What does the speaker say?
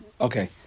Okay